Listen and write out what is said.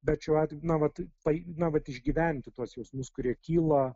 bet šiuo atveju na va tai vat išgyventi tuos jausmus kurie kyla